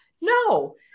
No